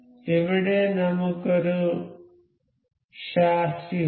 ഇവിടെ നമുക്ക് ഒരു ഷാസ്സി ഉണ്ട്